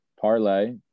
parlay